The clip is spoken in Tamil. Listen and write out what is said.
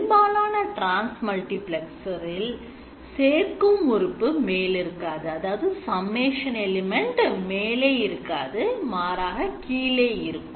பெரும்பாலான transmultiplexer இல் சேர்க்கும் உறுப்பு மேல் இருக்காது மாறாக கீழிருக்கும்